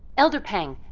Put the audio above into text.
elder peng,